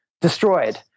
Destroyed